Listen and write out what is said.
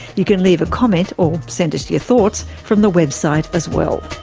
you can leave a comment or send us your thoughts from the website as well.